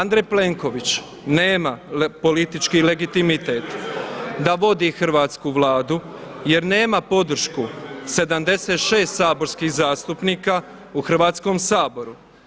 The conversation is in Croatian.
Andrej Plenković nema politički legitimitet da vodi hrvatsku Vladu jer nema podršku 76 saborskih zastupnika u Hrvatskom saboru.